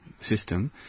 system